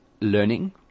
learning